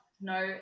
no